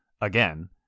again